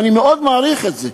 ואני מאוד מעריך את זה.